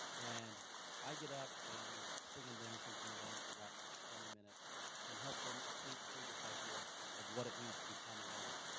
and i get up and sing and dance in front of them for about twenty minutes and help them think through this idea of of what it means to become a learner.